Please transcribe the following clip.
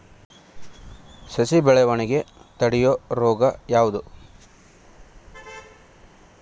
ಸಸಿ ಬೆಳವಣಿಗೆ ತಡೆಯೋ ರೋಗ ಯಾವುದು?